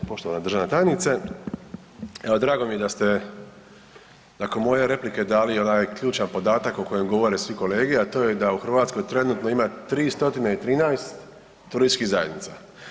Poštovana državna tajnice, evo drago mi je da ste nakon moje replike dali onaj ključan podatak o kojem govore svi kolege, a to je da u Hrvatskoj trenutno ima 313 turističkih zajednica.